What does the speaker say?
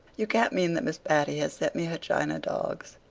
you can't mean that miss patty has sent me her china dogs?